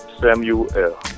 samuel